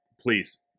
please